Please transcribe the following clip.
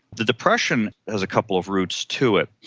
the depression has a couple of roots to it.